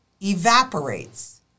evaporates